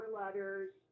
letters